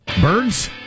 Birds